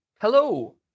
Hello